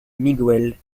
miguel